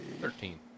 Thirteen